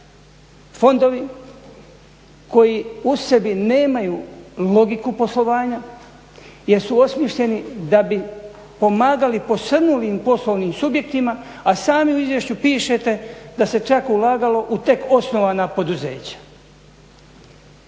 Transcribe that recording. fondovi koji u sebi nemaju logiku poslovanja jer su osmišljeni da bi pomagali posrnulim poslovnim subjektima, a sami u izvješću pišete da se čak ulagalo u tek osnovana poduzeća.